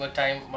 time